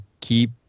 keep